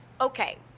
okay